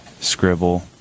scribble